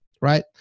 right